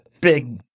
big